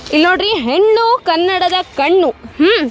ಇಲ್ಲಿ ನೋಡಿರಿ ಹೆಣ್ಣು ಕನ್ನಡದ ಕಣ್ಣು ಹ್ಞೂ